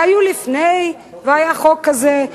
והיו לפני, והיה חוק כזה.